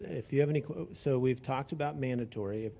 if you have any, so we've talked about mandatory.